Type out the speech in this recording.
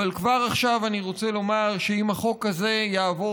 אבל כבר עכשיו אני רוצה לומר שאם החוק הזה יעבור